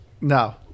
No